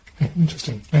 Interesting